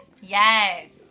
Yes